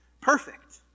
perfect